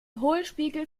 hohlspiegel